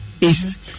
east